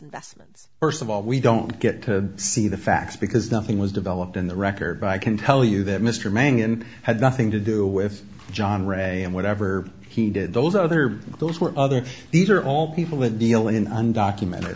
investments first of all we don't get to see the facts because nothing was developed in the record but i can tell you that mr mangan had nothing to do well john ray and whatever he did those other those were other these are all people that deal in undocumented